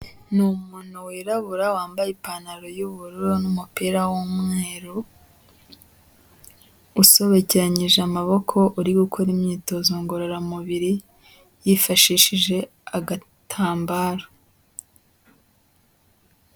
Ni umuntu wirabura wambaye ipantaro y'ubururu n'umupira w'umweru, usobekeranyije amaboko uri gukora imyitozo ngororamubiri, yifashishije agatambaro.